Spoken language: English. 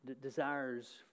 desires